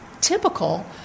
typical